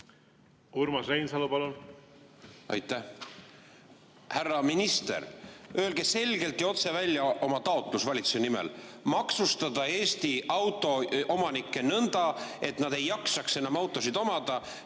Urmas Reinsalu, palun! Aitäh! Härra minister! Öelge selgelt ja otse välja oma taotlus valitsuse nimel: maksustada Eesti autoomanikke nõnda, et nad ei jaksaks enam autosid omada